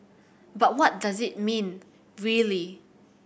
but what does it mean really